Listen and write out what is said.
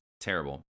terrible